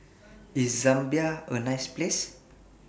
IS Zambia A nice Place